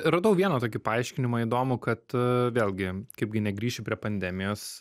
radau vieną tokį paaiškinimą įdomu kad vėlgi kaip gi negrįši prie pandemijos